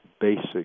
basic